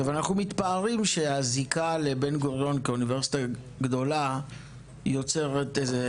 אנחנו מתפארים שהזיקה לבן-גוריון כאוניברסיטה גדולה יוצרת איזו